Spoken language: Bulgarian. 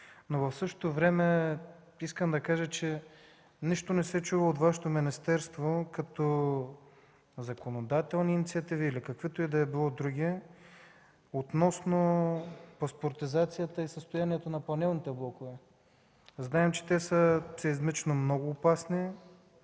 В същото време искам да кажа, че нищо не се чува от Вашето министерство като законодателни инициативи или каквито и да било други относно паспортизацията и състоянието на панелните блокове. Знаем, че те са сеизмично много опасни